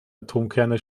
atomkerne